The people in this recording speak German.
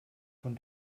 von